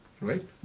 Right